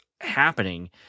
happening